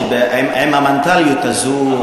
שעם המנטליות הזאת,